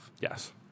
Yes